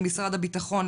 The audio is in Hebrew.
למשרד הביטחון,